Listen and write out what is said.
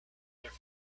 their